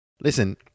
Listen